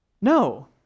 No